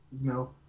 No